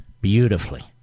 beautifully